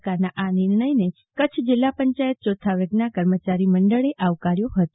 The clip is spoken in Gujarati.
સરકારના આ નિર્ણયને કચ્છ જિલ્લા પંચાયત ચોથા વર્ગના કર્મચારી મંડળે આવકાર્યો હતો